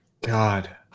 God